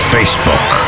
Facebook